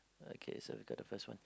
okay so we got the first one